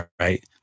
right